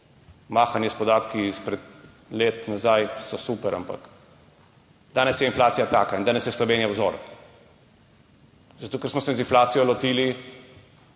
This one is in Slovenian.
Mahanje s podatki izpred let nazaj je super, ampak danes je inflacija taka in danes je Slovenija vzor, zato ker smo se inflacije lotili